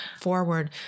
forward